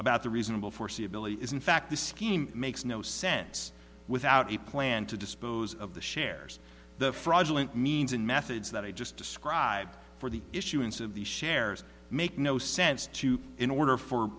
about the reasonable foreseeability is in fact the scheme makes no sense without a plan to dispose of the shares the fraudulent means and methods that i just described for the issuance of these shares make no sense to you in order for